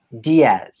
Diaz